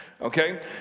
okay